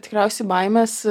tikriausiai baimes